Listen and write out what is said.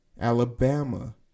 Alabama